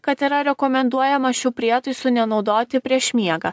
kad yra rekomenduojama šių prietaisų nenaudoti prieš miegą